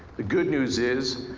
the good news is,